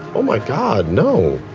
oh my god no.